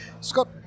Scott